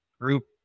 group